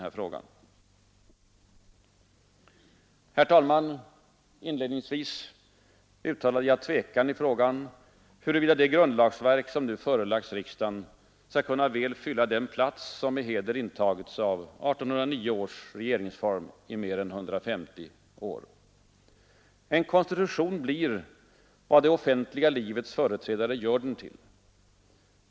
Herr talman! Inledningsvis uttalade jag tvekan i frågan, huruvida det grundlagsverk som nu förelagts riksdagen skulle kunna väl fylla den plats som med heder intagits av 1809 års regeringsform i mer än 150 år. En konstitution blir vad det offentliga livets företrädare gör den till.